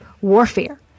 warfare